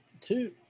two